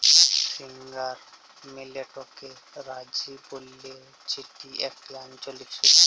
finger মিলেটকে রাজি ব্যলে যেটি একটি আঞ্চলিক শস্য